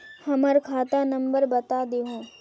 हमर खाता नंबर बता देहु?